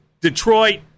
Detroit